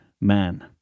Man